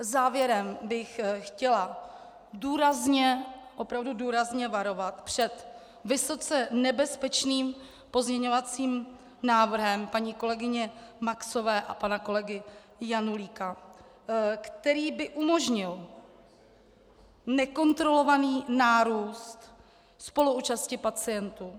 Závěrem bych chtěla důrazně, opravdu důrazně varovat před vysoce nebezpečným pozměňovacím návrhem paní kolegyně Maxové a pana kolegy Janulíka, který by umožnil nekontrolovaný nárůst spoluúčasti pacientů.